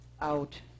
out